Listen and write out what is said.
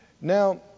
Now